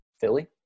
Philly